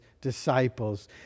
disciples